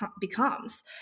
becomes